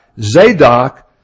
Zadok